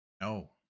no